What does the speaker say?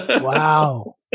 Wow